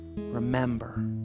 remember